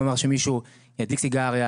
כלומר שמישהו הדליק סיגריה,